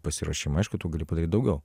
pasiruošimą aišku tu gali padaryt daugiau